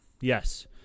yes